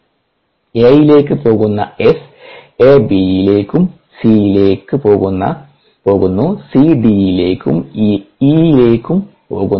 Aയിലേക്ക് പോകുന്ന എസ് A Bയിലീക്കും Cയിലേക്കും പോകുന്നു C Dയിലേക്കും E യിലേക്കും പോകുന്നു